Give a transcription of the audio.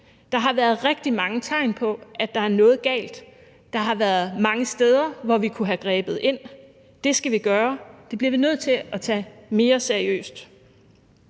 der har været rigtig mange tegn på, at der er noget galt, der har været mange steder, hvor vi kunne have grebet ind. Det skal vi gøre, det bliver vi nødt til at tage mere seriøst.